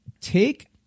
take